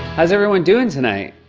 how's everyone doing tonight?